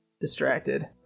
distracted